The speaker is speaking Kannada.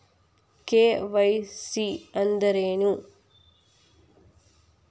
ಕೆ.ವೈ.ಸಿ ಅಂದ್ರೇನು?